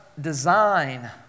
design